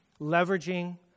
leveraging